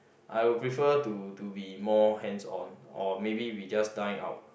I will prefer to to be more hands on or maybe we just dine out